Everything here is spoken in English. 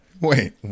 Wait